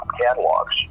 catalogs